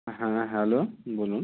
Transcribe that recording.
হ্যাঁ হ্যালো বলুন